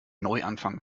neuanfang